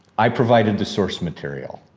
i provided the source material.